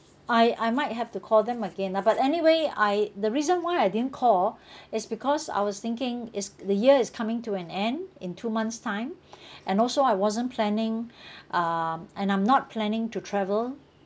I I might have to call them again ah but anyway I the reason why I didn't call is because I was thinking is the year is coming to an end in two months time and also I wasn't planning um and I'm not planning to travel